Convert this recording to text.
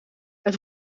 het